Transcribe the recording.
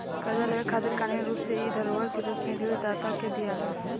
कर्जा लेवे खातिर कानूनी रूप से इ धरोहर के रूप में ऋण दाता के दियाला